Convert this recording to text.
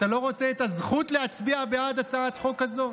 אתה לא רוצה את הזכות להצביע בעד הצעת חוק כזאת?